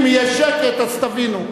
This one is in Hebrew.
אם יהיה שקט אז תבינו.